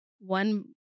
one